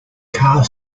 car